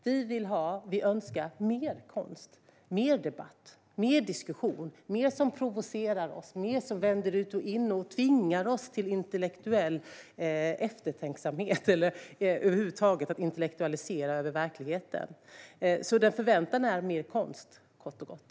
Vi vill ha och önskar mer konst, mer debatt, mer diskussion, mer som provocerar oss, mer som vänder ut och in och tvingar oss till intellektuell eftertänksamhet och att över huvud taget intellektualisera verkligheten. Det jag förväntar mig är kort och gott mer konst.